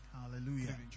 Hallelujah